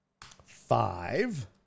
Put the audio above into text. five